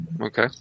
Okay